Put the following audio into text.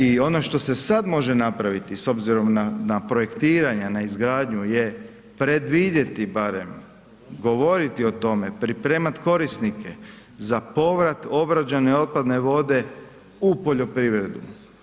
I ono što se sad može napraviti, s obzirom na projektiranja, na izgradnju je predvidjeti barem, govoriti o tome, pripremati korisnike za povrat obrađene otpadne vode u poljoprivredu.